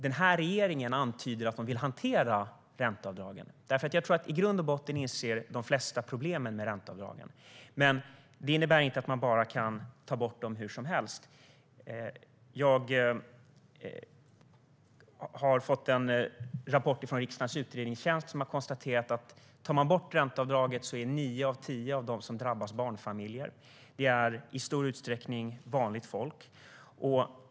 Men det regeringen antyder om hur man vill hantera ränteavdragen är ännu mer problematiskt. I grund och botten inser de flesta problemen med ränteavdragen, men det innebär inte att man kan ta bort dem hur som helst. Jag har fått en rapport från riksdagens utredningstjänst som konstaterar att om man tar bort ränteavdragen är nio av tio av dem som drabbas barnfamiljer. Det är i stor utsträckning vanligt folk.